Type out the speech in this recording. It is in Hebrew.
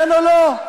כן או לא?